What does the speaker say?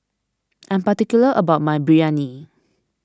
I am particular about my Biryani